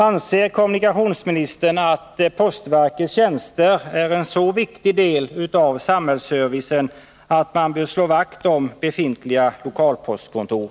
Anser kommunikationsministern att postverkets tjänster är en så viktig del av samhällsservicen att man bör slå vakt om befintliga lokalpostkontor?